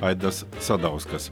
aidas sadauskas